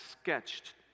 sketched